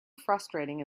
frustrating